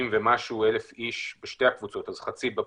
בשיטה הזאת מתחילים דווקא עם אנשים שנמצאים בסיכון גבוה,